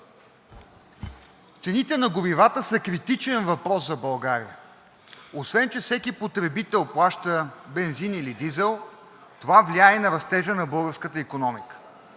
Цените на горивата са критичен въпрос за България. Освен че всеки потребител плаща за бензин или дизел, това влияе и на растежа на българската икономика.